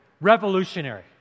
revolutionary